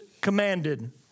commanded